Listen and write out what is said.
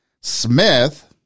Smith